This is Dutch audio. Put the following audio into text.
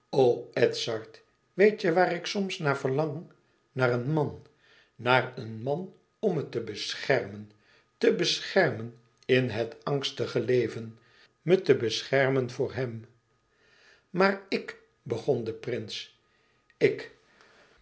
weet je waar ik soms naar verlang naar een man naar een man om me te beschermen te beschermen in het angstige leven me te beschermen voor hèm maar ik begon de prins ik